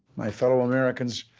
my fellow americans,